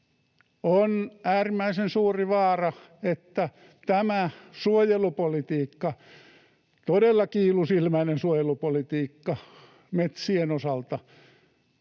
on äärimmäisen suuri vaara, että tämä suojelupolitiikka, todella kiilusilmäinen suojelupolitiikka, metsien osalta